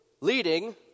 leading